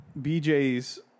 BJ's